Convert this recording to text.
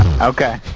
Okay